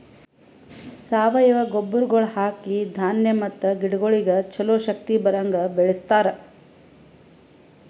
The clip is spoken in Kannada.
ಸಾವಯವ ಗೊಬ್ಬರಗೊಳ್ ಹಾಕಿ ಧಾನ್ಯ ಮತ್ತ ಗಿಡಗೊಳಿಗ್ ಛಲೋ ಶಕ್ತಿ ಬರಂಗ್ ಬೆಳಿಸ್ತಾರ್